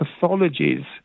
pathologies